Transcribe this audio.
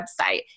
website